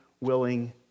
willing